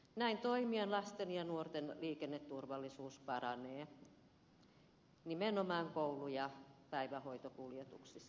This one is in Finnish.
näin toimien lasten ja nuorten liikenneturvallisuus paranee nimenomaan koulu ja päivähoitokuljetuksissa